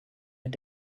mit